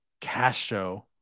Castro